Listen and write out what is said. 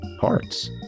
hearts